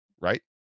right